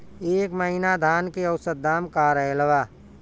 एह महीना धान के औसत दाम का रहल बा?